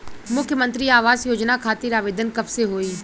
मुख्यमंत्री आवास योजना खातिर आवेदन कब से होई?